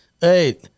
Hey